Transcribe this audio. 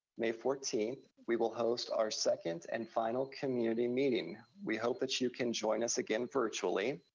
may fourteenth, we will host our second and final community meeting. we hope that you can join us again virtually.